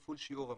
כפול שיעור המס.